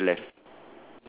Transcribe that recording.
facing to the left